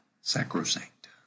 sacrosanct